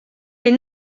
les